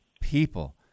people